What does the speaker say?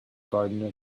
gardener